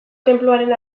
tenpluaren